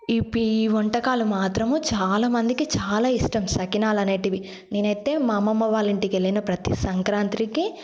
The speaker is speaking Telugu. ఈ పీ వంటకాలు మాత్రం చాలా మందికి చాలా ఇష్టం సకినాలు అనేటివి నేనైతే మా అమ్మమ్మ వాళ్ళ ఇంటికి ప్రతి సంక్రాంతికి